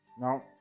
Now